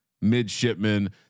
midshipmen